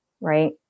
right